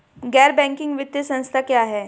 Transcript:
गैर बैंकिंग वित्तीय संस्था क्या है?